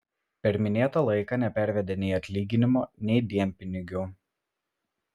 per minėtą laiką nepervedė nei atlyginimo nei dienpinigių